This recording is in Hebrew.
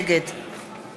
נגד